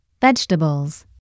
Vegetables